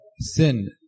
sin